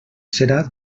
serà